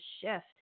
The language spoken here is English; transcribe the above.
shift